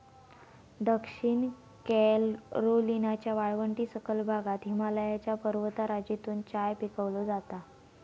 दक्षिण कॅरोलिनाच्या वाळवंटी सखल भागात हिमालयाच्या पर्वतराजीतून चाय पिकवलो जाता